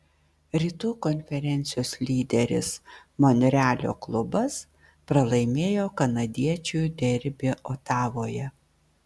rytų konferencijos lyderis monrealio klubas pralaimėjo kanadiečių derbį otavoje